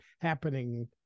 happening